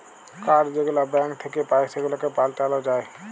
card যেগুলা bank থ্যাইকে পাই সেগুলাকে পাল্টাল যায়